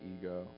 ego